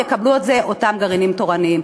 יקבלו את זה אותם גרעינים תורניים.